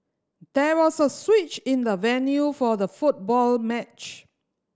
there was a switch in the venue for the football match